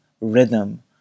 rhythm